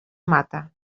mata